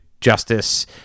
justice